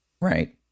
Right